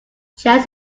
chess